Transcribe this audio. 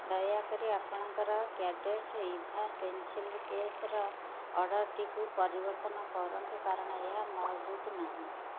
ଦୟାକରି ଆପଣଙ୍କର କ୍ୟାଡ଼େଟରେ ଇଭା ପେନ୍ସିଲ୍ କେସ୍ର ଅର୍ଡ଼ର୍ଟିକୁ ପରିବର୍ତ୍ତନ କରନ୍ତୁ କାରଣ ଏହା ମହଜୁଦ ନାହିଁ